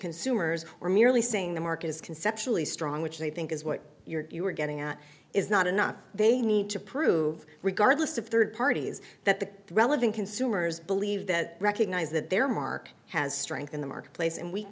consumers or merely saying the market is conceptually strong which they think is what you're getting at is not enough they need to prove regardless of third parties that the relevant consumers believe that recognize that their mark has strength in the marketplace and we